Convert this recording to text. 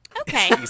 Okay